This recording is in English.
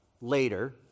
later